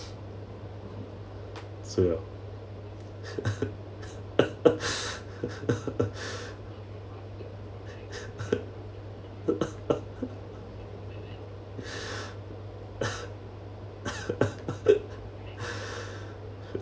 so ya